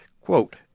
quote